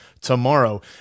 tomorrow